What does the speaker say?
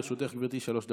לרשותך, גברתי, שלוש דקות,